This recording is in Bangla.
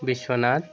বিশ্বনাথ